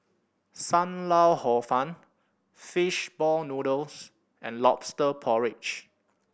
Sam Lau Hor Fun Fish Ball Noodles and Lobster Porridge